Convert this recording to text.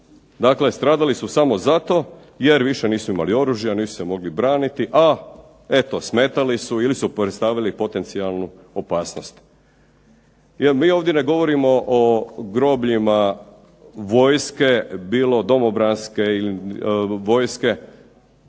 Dakle, stradali su samo zato jer više nisu imali oružja, nisu se mogli braniti, a eto smetali su ili su predstavljali potencijalnu opasnost. Jer mi ovdje ne govorimo o grobljima vojske bilo domobranske vojske,